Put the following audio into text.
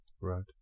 Right